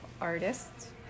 artists